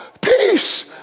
Peace